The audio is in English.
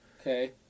Okay